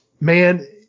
man